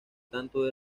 tanto